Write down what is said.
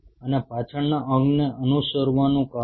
અને પાછળના અંગને અનુસરવાનું કારણ